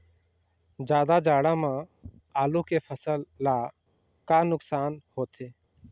जादा जाड़ा म आलू के फसल ला का नुकसान होथे?